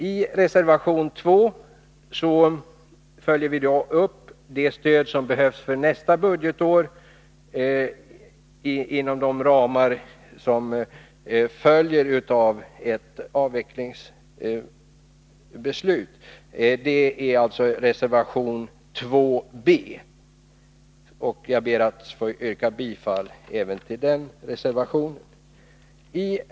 I reservation 2 b följer vi upp frågan om det stöd till samlingslokaler som behövs för nästa budgetår med hänsyn till de ramar som ett avvecklingsbeslut innebär. Jag yrkar bifall också till den reservationen.